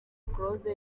close